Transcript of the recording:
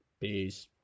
Peace